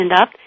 up